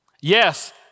Yes